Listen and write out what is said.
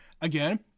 again